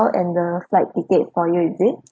and the flight ticket for you is it